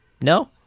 No